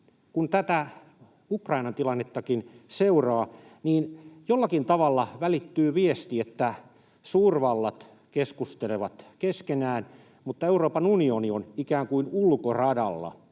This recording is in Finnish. kun tätä Ukrainan tilannettakin seuraa, niin jollakin tavalla välittyy viesti, että suurvallat keskustelevat keskenään mutta Euroopan unioni on ikään kuin ulkoradalla